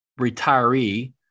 retiree